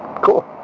Cool